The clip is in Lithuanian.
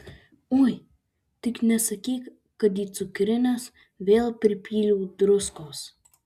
oi tik nesakyk kad į cukrines vėl pripyliau druskos